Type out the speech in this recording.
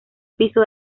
piso